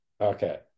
Okay